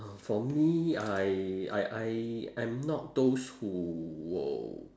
for me I I I I'm not those who will